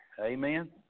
Amen